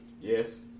Yes